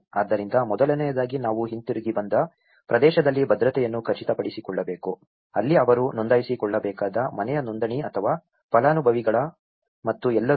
ಆದ್ದರಿಂದ ಮೊದಲನೆಯದಾಗಿ ನಾವು ಹಿಂತಿರುಗಿ ಬಂದ ಪ್ರದೇಶದಲ್ಲಿ ಭದ್ರತೆಯನ್ನು ಖಚಿತಪಡಿಸಿಕೊಳ್ಳಬೇಕು ಅಲ್ಲಿ ಅವರು ನೋಂದಾಯಿಸಿಕೊಳ್ಳಬೇಕಾದ ಮನೆಯ ನೋಂದಣಿ ಅಥವಾ ಫಲಾನುಭವಿಗಳು ಮತ್ತು ಎಲ್ಲರೂ